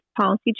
policy